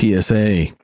PSA